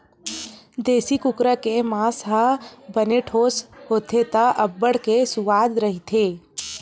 देसी कुकरा के मांस ह बने ठोस होथे त अब्बड़ के सुवाद रहिथे